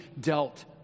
dealt